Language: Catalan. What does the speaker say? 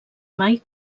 mai